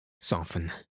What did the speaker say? soften